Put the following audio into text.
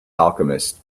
alchemist